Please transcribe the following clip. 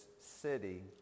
city